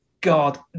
God